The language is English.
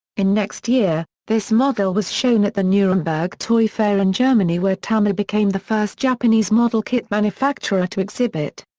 in next year, this model was shown at the nuremberg toy fair in germany where tamiya became the first japanese model kit manufacturer to exhibit.